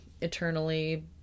eternally